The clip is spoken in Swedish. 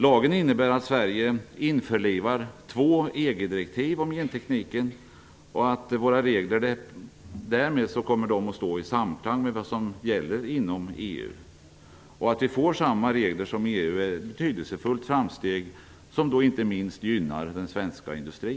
Lagen innebär att Sverige införlivar två EG direktiv om gentekniken och att våra regler därmed kommer att stå i samklang med vad som gäller inom EU. Att vi får samma regler som EU är ett betydelsefullt framsteg, som inte minst gynnar den svenska industrin.